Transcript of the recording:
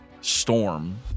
storm